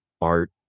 art